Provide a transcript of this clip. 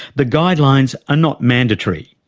the guidelines are not mandatory.